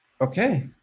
okay